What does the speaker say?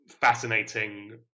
fascinating